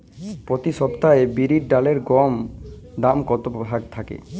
প্রতি সপ্তাহে বিরির ডালের গড় দাম কত থাকে?